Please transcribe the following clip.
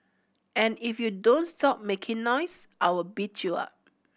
if you don't stop making noise I will beat you up